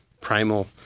primal